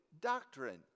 doctrine